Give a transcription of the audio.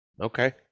Okay